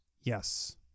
Yes